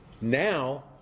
Now